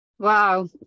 wow